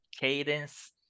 cadence